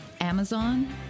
Amazon